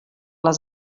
les